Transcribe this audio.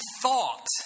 thought